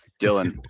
Dylan